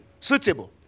suitable